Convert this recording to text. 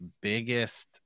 biggest –